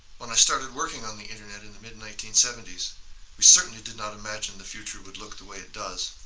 when i started working on the internet in the mid nineteen seventy s we certainly did not imagine the future would look the way it does.